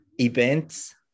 events